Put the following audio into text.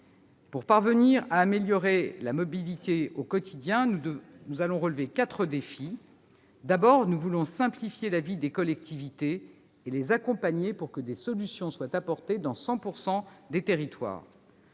Pour parvenir à améliorer le quotidien, nous allons relever quatre défis. Premier objectif, nous allons simplifier la vie des collectivités et les accompagner pour que des solutions soient apportées sur 100 % du territoire.